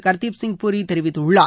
ஹர்தீப் சிங் பூரி தெரிவித்துள்ளார்